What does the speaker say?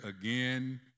again